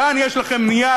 וכאן יש לכם נייר,